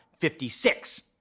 56